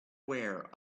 aware